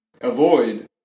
avoid